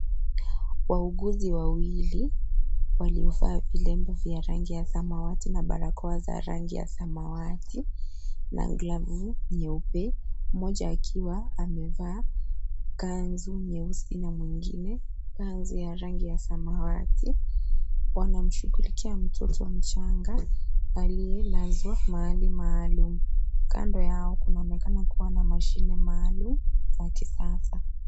Wauguzi wawili waliovaa vilemba vya rangi ya samawati na barakoa za rangi ya samawati na glavu nyeupe mmoja akiwa amevaa kanzu nyeusi na mwingine kanzu ya rangi ya samawati wanamshughulikia mtoto mchanga aliyelazwa mahali maalum kando yao kunaonekana kuwa na mashine maalum ya kisasa.